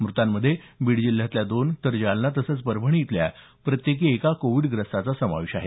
म्रतांमध्ये बीड जिल्ह्यातल्या दोन तर जालना तसंच परभणी इथं प्रत्येकी एका कोविडग्रस्ताचा समावेश आहे